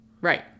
Right